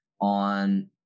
on